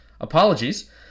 apologies